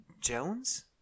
Jones